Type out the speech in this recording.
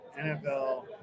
NFL